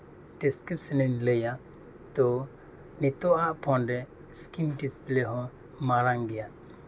description ᱤᱧ ᱞᱟᱹᱭᱟ ᱛᱳ ᱱᱤᱛᱚᱜ ᱟᱜ ᱯᱷᱳᱱ ᱨᱮ ᱤᱥᱠᱤᱱ ᱰᱤᱥᱯᱞᱮ ᱦᱚᱸ ᱢᱟᱨᱟᱝ ᱜᱮᱭᱟ